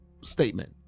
statement